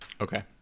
Okay